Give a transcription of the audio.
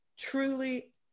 truly